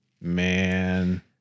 Man